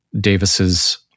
Davis's